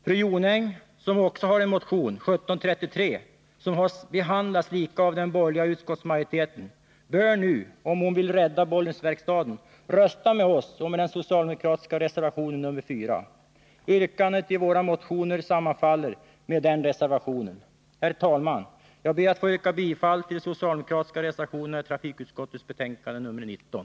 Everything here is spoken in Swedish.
Fru Jonäng, som också har en motion, 1733, som har behandlats lika av den borgerliga utskottsmajoriteten, bör nu, om hon vill rädda Bollnäsverkstaden, rösta med oss och den socialdemokratiska reservationen nr 4. Yrkandena i våra motioner sammanfaller med den reservationen. Herr talman! Jag ber att få yrka bifall till de socialdemokratiska reservationerna i trafikutskottets betänkande nr 19.